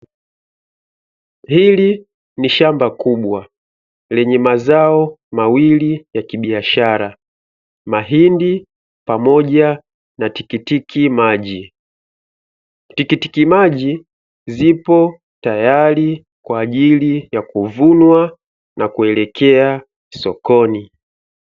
Ili ni shamba kubwa lenye mazao mawili ya kibiashara, mahindi pamoja na tikitiki maji. Tikitiki maji zipo tayari kwa ajili ya kuvunwa na kuelekea sokoni.